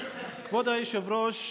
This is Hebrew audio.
כבוד היושב-ראש,